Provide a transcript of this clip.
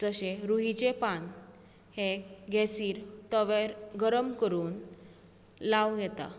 जशें रुइचें पान हें गेसीर तव्यार गरम करून लावूं येता